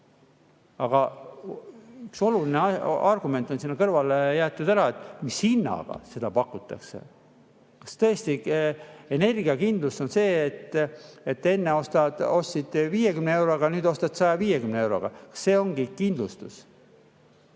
Aga üks oluline argument sinna kõrvale on ära jäetud: mis hinnaga seda pakutakse. Kas tõesti energiakindlus on see, et enne ostsid 50 euroga, nüüd ostad 150 euroga? See ongi kindlus?